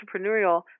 entrepreneurial